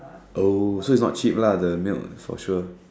oh so it's not cheap lah the milk for sure